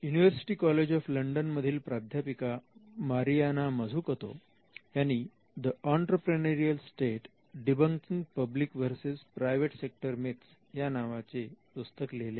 university College of London मधील प्राध्यापिका Mariana Mazzucato यांनी The Entrepreneurial State Debunking Public versus Private Sector Myths या नावाचे पुस्तक लिहिले